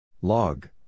Log